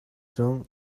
song